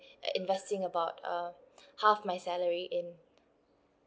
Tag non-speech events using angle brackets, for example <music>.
uh investing about uh <breath> half my salary in